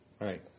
right